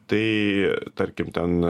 tai tarkim ten